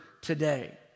today